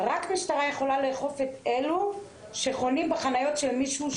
רק משטרה יכולה לאכוף את אלו שחונים בחניה של מישהו,